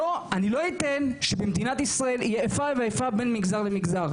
אני לא אתן שבמדינת ישראל יהיה איפה ואיפה בין מגזר למגזר,